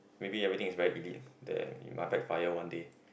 maybe everything is very elite then it might backfire one day